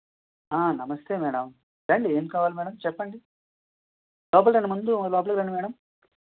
నమస్తే మ్యాడమ్ రండి ఏం కావాలి మ్యాడమ్ చెప్పండి లోపల రండి ముందు లోపల రండి మ్యాడమ్